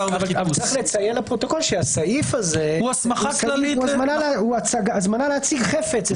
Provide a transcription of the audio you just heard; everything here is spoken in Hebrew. לציין לפרוטוקול שהסעיף הזה הוא הזמנה להציג חפץ.